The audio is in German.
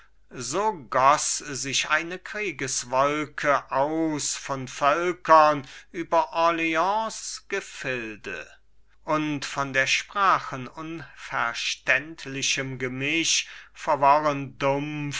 sich eine kriegeswolke aus von völkern über orleans gefilde und von der sprachen unverständlichem gemisch verworren dumpf